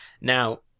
Now